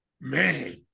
man